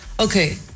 Okay